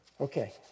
Okay